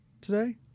today